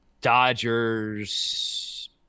Dodgers